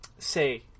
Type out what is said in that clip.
Say